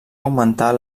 augmentar